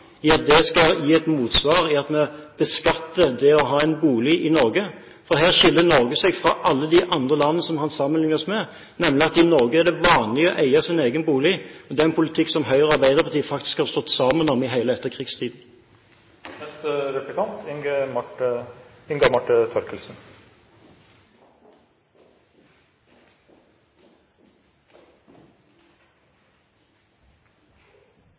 i at det skal gi et motsvar i at vi beskatter det å ha en bolig i Norge. Her skiller Norge seg fra alle andre land som han sammenlikner oss med, nemlig ved at det i Norge er vanlig å eie sin egen bolig. Det er den politikk som Høyre og Arbeiderpartiet faktisk har stått sammen om i